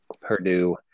Purdue